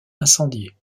incendiée